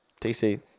TC